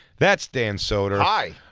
that's dan soder. hi.